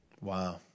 wow